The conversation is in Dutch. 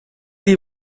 die